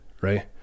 Right